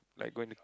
like going to